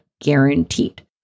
guaranteed